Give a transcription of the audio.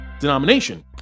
Denomination